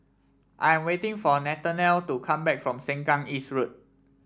I'm waiting for Nathanael to come back from Sengkang East Road